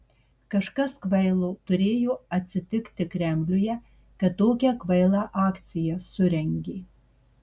kažkas kvailo turėjo atsitiki kremliuje kad tokią kvailą akciją surengė